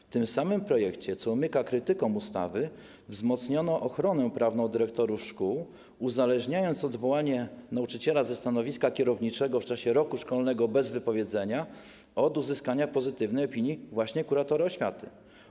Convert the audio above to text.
W tym samym projekcie, co umyka krytykom ustawy, wzmocniono ochronę prawną dyrektorów szkół, uzależniając odwołanie nauczyciela ze stanowiska kierowniczego w czasie roku szkolnego bez wypowiedzenia od uzyskania pozytywnej opinii właśnie kuratora oświaty.